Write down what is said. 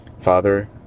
Father